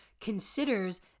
considers